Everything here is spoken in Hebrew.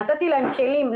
נתתי להם כלים,